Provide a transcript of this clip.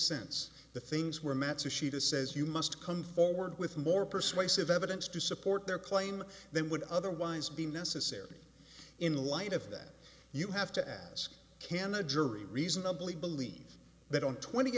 sense the things were matzoh she to says you must come forward with more persuasive evidence to support their claim than would otherwise be necessary in light of that you have to ask can a jury reasonably believe that on twenty